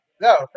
No